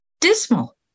dismal